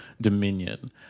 dominion